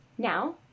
Now